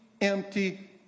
empty